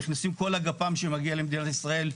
נכנסים כל הגפ"מ שמגיע למדינת ישראל,